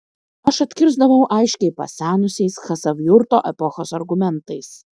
aš atkirsdavau aiškiai pasenusiais chasavjurto epochos argumentais